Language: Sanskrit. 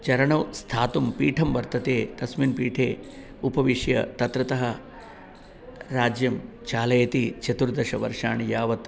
चरणौ स्थातुं पीठं वर्तते तस्मिन् पीठे उपविष्य तत्र तः राज्यं चालयति चतुर्दशवर्षाणि यावत्